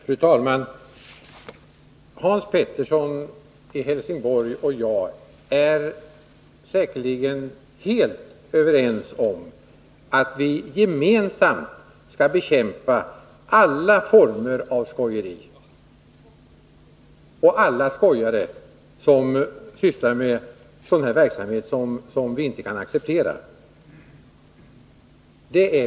Fru talman! Hans Pettersson i Helsingborg och jag är säkerligen helt överens om att vi gemensamt skall bekämpa alla former av skojeri och alla skojare som sysslar med sådan verksamhet som vi inte kan acceptera.